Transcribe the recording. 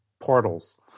portals